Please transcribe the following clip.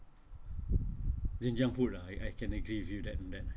jin jiang food ah I I can agree with you that and that ah